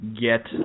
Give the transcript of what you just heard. get